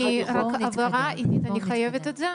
רק הבהרה, אני חייבת את זה.